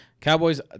Cowboys